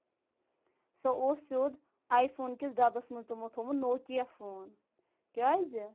سُہ اوس سیود آیۍ فون کِس ڈَبَس منٛز تِمو تھومُت نوکِیا فون